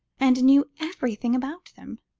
and knew everything about them.